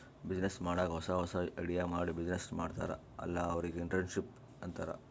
business ಮಾಡಾಗ್ ಹೊಸಾ ಹೊಸಾ ಐಡಿಯಾ ಮಾಡಿ ಬಿಸಿನ್ನೆಸ್ ಮಾಡ್ತಾರ್ ಅಲ್ಲಾ ಅವ್ರಿಗ್ ಎಂಟ್ರರ್ಪ್ರಿನರ್ಶಿಪ್ ಅಂತಾರ್